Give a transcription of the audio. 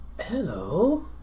Hello